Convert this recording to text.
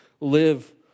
live